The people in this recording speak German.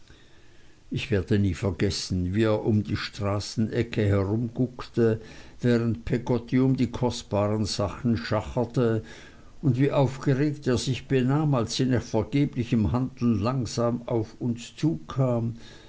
ich werde nie vergessen wie er um die straßenecke herumguckte während peggotty um die kostbaren sachen schacherte und wie aufgeregt er sich benahm als sie nach vergeblichem handeln langsam auf uns zukam